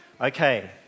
Okay